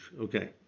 Okay